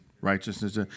righteousness